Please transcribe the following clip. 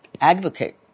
advocate